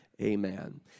Amen